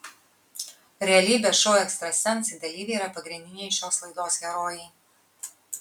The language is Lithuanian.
realybės šou ekstrasensai dalyviai yra pagrindiniai šios laidos herojai